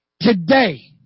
today